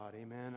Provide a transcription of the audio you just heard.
Amen